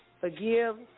Forgive